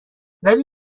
ولی